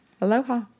Aloha